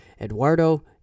Eduardo